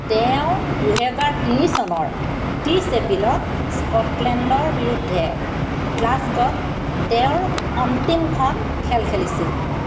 তেওঁ দুহেজাৰ তিনি চনৰ ত্ৰিশ এপ্ৰিলত স্কটলেণ্ডৰ বিৰুদ্ধে গ্লাছগ'ত তেওঁৰ অন্তিমখন খেল খেলিছিল